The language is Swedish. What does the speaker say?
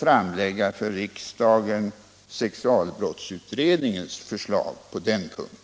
ämnar för riksdagen framlägga sexualbrottsutredningens förslag på den punkten.